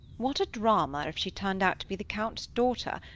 what a drama if she turned out to be the count's daughter,